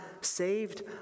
saved